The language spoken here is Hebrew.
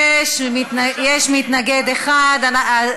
יש כאן בעיה.